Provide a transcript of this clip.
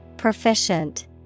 Proficient